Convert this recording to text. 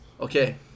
okay